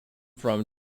from